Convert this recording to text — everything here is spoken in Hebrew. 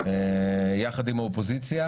יחד עם האופוזיציה.